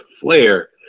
flare